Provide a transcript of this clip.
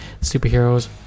superheroes